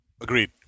Agreed